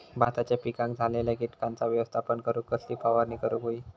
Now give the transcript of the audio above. भाताच्या पिकांक झालेल्या किटकांचा व्यवस्थापन करूक कसली फवारणी करूक होई?